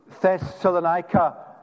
Thessalonica